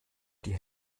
die